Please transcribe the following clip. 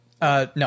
No